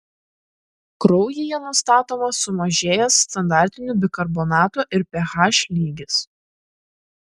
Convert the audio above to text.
kraujyje nustatomas sumažėjęs standartinių bikarbonatų ir ph lygis